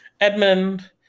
Edmund